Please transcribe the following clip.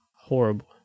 Horrible